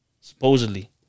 Supposedly